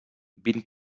vint